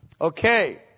Okay